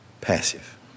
passive